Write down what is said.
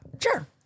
Sure